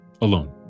alone